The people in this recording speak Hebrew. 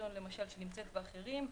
אלקטריון למשל שנמצאת בזום ואחרים.